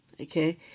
okay